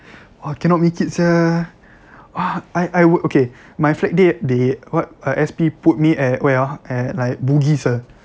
!wah! cannot make it sia ah I I would okay my flag day they what ah S_P put me at where ah at like Bugis ah